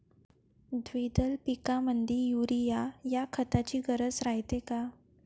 द्विदल पिकामंदी युरीया या खताची गरज रायते का?